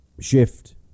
shift